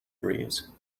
breeze